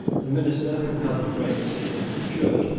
the minister who held the great seal should,